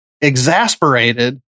exasperated